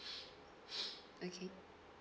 okay